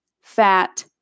fat